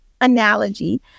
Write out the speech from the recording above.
analogy